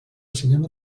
cinema